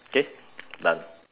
okay done